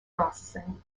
processing